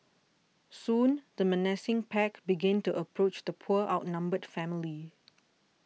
soon the menacing pack began to approach the poor outnumbered family